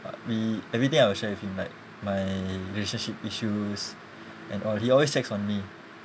we everything I will share with him like my relationship issues and all he always checks on me